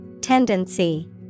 Tendency